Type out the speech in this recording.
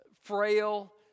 frail